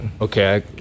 Okay